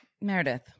Meredith